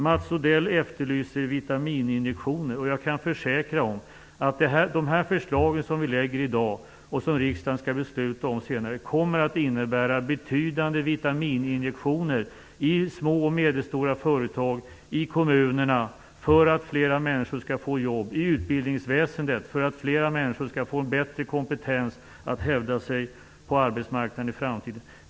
Mats Odell efterlyste vitamininjektioner. Jag kan försäkra om att de förslag som vi lägger fram i dag och som riksdagen skall besluta om senare kommer att innebära betydande vitamininjektioner i små och medelstora företag och i kommunerna för att flera människor skall få jobb, i utbildningsväsendet för att flera människor skall få bättre en kompetens att hävda sig på arbetsmarknaden i framtiden.